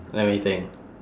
let me think